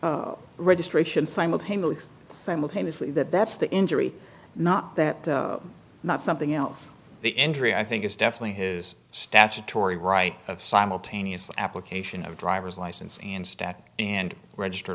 that registration simultaneously simultaneously that that's the injury not that not something else the injury i think is definitely his statutory right of simultaneous application of driver's license and stack and register